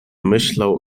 myślał